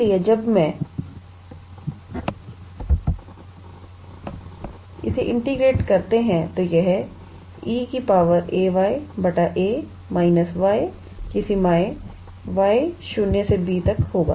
इसलिए जब हम इसे इंटीग्रेट करते हैं तो यह 𝑒 𝑎𝑦 a− 𝑦𝑦0𝑏 होगा